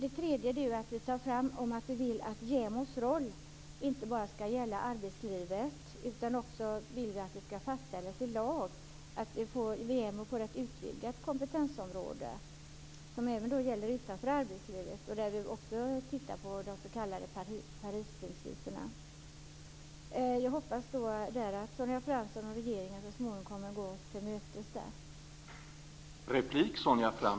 En tredje fråga som vi tar upp är att JämO:s roll inte bara skall avse arbetslivet. Vi vill få en i lag fastställd utvidning av JämO:s kompetensområde så att det sträcker sig också utanför arbetslivet. Vi tittar i det sammanhanget bl.a. på de s.k. Parisprinciperna. Jag hoppas att Sonja Fransson och regeringen så småningom kommer att gå oss till mötes i det sammanhanget.